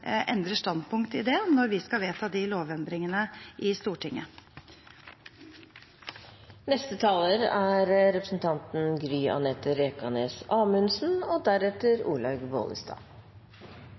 endrer standpunkt i det når vi skal vedta lovendringene i Stortinget. La meg slå fast én ting: Graviditet er